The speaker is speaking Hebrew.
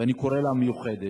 ואני קורא לה "המיוחדת"